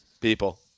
people